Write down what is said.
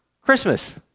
Christmas